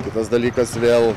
kitas dalykas vėl